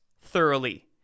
thoroughly